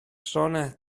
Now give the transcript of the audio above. sonne